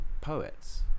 poets